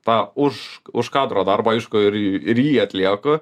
tą už už kadro darbą aišku ir ir jį atlieku